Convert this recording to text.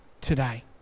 today